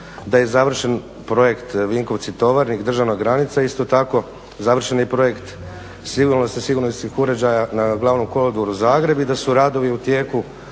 da je završen projekt Vinkovci- Tovarnik, državna granica isto tako, završen je projekt signalno-sigurnosnih uređaja na glavnom kolodvoru Zagreb i da su radovi u tijeku